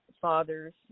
fathers